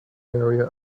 area